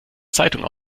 zeitung